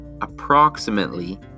approximately